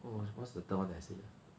what what's the third one that I said